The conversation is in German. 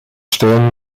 stellen